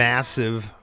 Massive